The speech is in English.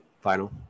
final